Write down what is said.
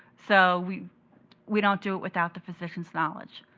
so we we don't do it without the physicians' knowledge.